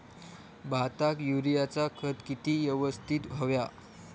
भाताक युरियाचा खत किती यवस्तित हव्या?